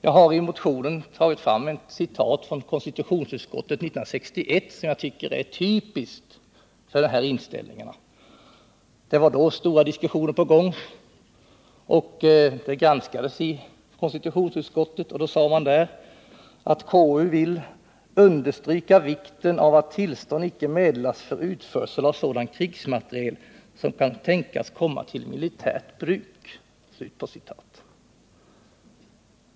Jag har i motionen ett citat från konstitutionsutskottet 1961, som jag tycker är typiskt för den här inställningen. Det fördes då stora diskussioner, och frågan granskades i konstitutionsutskottet, där man sade att KU vill ”understryka vikten av att tillstånd icke meddelas för utförsel av sådan krigsmateriel som kan tänkas komma till militärt bruk”.